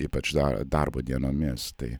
ypač da darbo dienomis tai